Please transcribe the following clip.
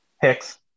Hicks